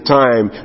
time